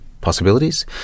possibilities